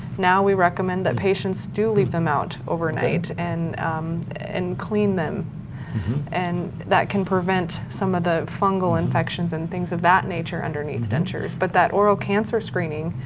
now we recommend that patients do leave them out overnight and and clean them and that can prevent some of the fungal infections and things of that nature underneath the dentures, but that oral cancer screening,